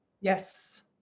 Yes